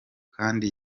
kandi